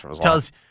tells